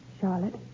Charlotte